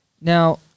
Now